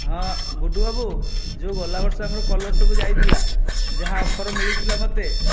ହଁ ଗୁଡ଼ୁ ବାବୁ ଯେଉଁ ଗଲା ବର୍ଷ ଆମର କଲର ସବୁ ଯାଇଥିଲା ଯାହା ଅଫର୍ ମିଳିଥିଲା ମୋତେ